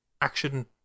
Action